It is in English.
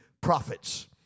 prophets